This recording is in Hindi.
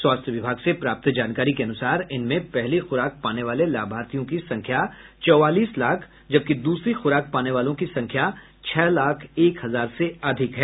स्वास्थ्य विभाग से प्राप्त जानकारी के अनुसार इनमें पहली खुराक पाने वाले लाभार्थियों की संख्या चौवालीस लाख जबकि दूसरी खुराक पाने वालों की संख्या छह लाख एक हजार से अधिक है